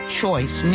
choice